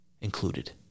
included